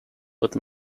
but